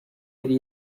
yari